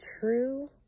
true